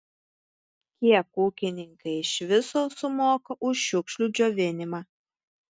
kiek ūkininkai iš viso sumoka už šiukšlių džiovinimą